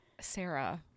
Sarah